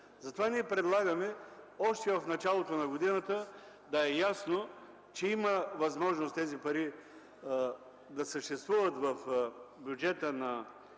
Затова ние предлагаме още в началото на годината да е ясно, че има възможност тези пари да съществуват в бюджета на